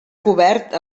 cobert